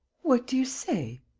what do you say?